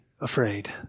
afraid